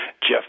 Jeff